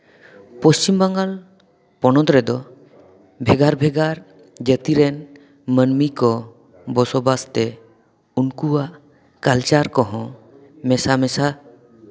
ᱯᱚᱥᱪᱷᱤᱢ ᱵᱟᱝᱜᱟᱞ ᱯᱚᱱᱚᱛ ᱨᱮᱫᱚ ᱵᱷᱮᱜᱟᱨ ᱵᱷᱮᱜᱟᱨ ᱡᱟᱹᱛᱤ ᱨᱮᱱ ᱢᱟᱹᱱᱢᱤ ᱠᱚ ᱵᱚᱥᱚᱵᱟᱥ ᱛᱮ ᱩᱱᱠᱩᱣᱟᱜ ᱠᱟᱞᱪᱟᱨ ᱠᱚᱦᱚᱸ ᱢᱮᱥᱟ ᱢᱮᱥᱟ